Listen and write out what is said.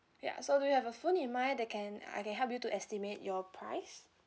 ya so do you have a phone in mind that can I can help you to estimate your price